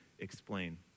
Explain